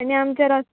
आनी आमचे रस्